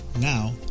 Now